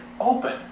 open